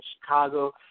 Chicago